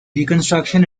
reconstruction